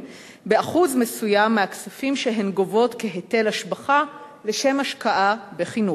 באחוז מסוים מהכספים שהן גובות כהיטל השבחה לשם השקעה בחינוך.